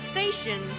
Station